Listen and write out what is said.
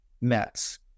METs